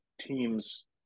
teams